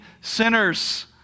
sinners